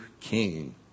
king